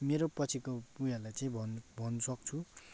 मेरो पछिको उयोहरूलाई चाहिँ भन् भन्नु सक्छु